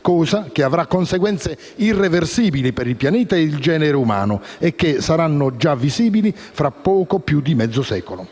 fatto che avrà conseguenze irreversibili per il pianeta stesso e il genere umano e che saranno già visibili fra poco più di mezzo secolo.